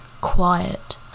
quiet